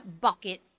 bucket